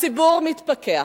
הציבור מתפכח.